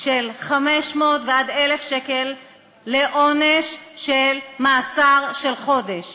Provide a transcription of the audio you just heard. של 500 עד 1,000 שקל לעונש של מאסר חודש.